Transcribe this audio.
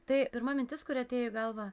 tai pirma mintis kuri atėjo į galvą